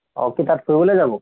অঁ কি তাত ফুৰিবলৈ যাব